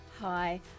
Hi